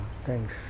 thanks